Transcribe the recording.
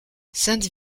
sainte